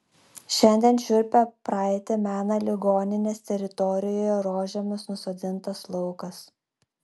šiandien šiurpią praeitį mena ligoninės teritorijoje rožėmis nusodintas laukas